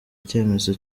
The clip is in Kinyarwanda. icyemezo